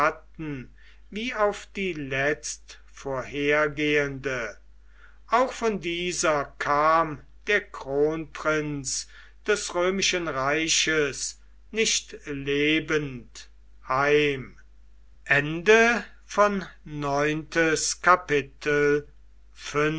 wie auf die letztvorhergehende auch von dieser kam der kronprinz des römischen reiches nicht lebend